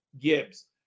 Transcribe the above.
Gibbs